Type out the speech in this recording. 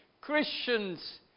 Christians